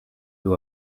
who